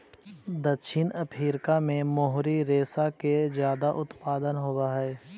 दक्षिण अफ्रीका में मोहरी रेशा के ज्यादा उत्पादन होवऽ हई